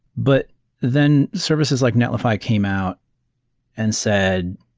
but then services like netlify came out and said,